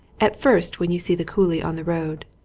at first when you see the coolie on the road,